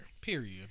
Period